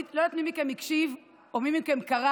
לא יודעת מי מכם הקשיב או מי מכם קרא